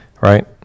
Right